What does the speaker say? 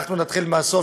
אנחנו נתחיל מהסוף,